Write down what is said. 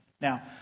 Now